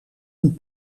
een